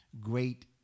great